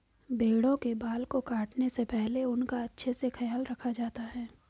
भेड़ों के बाल को काटने से पहले उनका अच्छे से ख्याल रखा जाता है